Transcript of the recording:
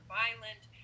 violent